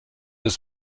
ist